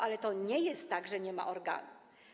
Ale to nie jest tak, że nie ma organu.